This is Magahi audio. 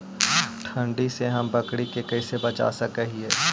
ठंडी से हम बकरी के कैसे बचा सक हिय?